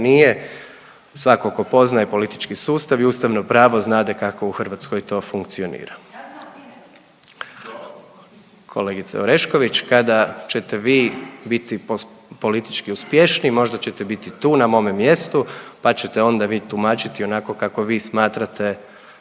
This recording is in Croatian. nije. Svako ko poznaje politički sustav i ustavno pravo znade kako u Hrvatskoj to funkcionira. …/Upadica se ne razumije./… Kolegice Orešković kada ćete vi biti politički uspješniji možda ćete biti tu na mome mjestu pa ćete onda vi tumačiti onako kako vi smatrate